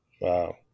Wow